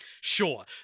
sure